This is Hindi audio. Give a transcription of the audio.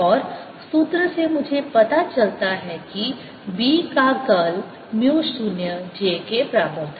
और सूत्र से मुझे पता चलता है कि B का कर्ल म्यू 0 j के बराबर था